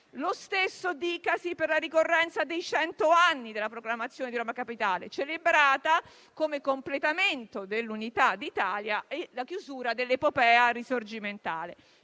Lo stesso dicasi per la ricorrenza dei cento anni dalla proclamazione di Roma Capitale, celebrata come completamento dell'unità d'Italia e come chiusura dell'epopea risorgimentale.